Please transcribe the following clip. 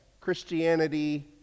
Christianity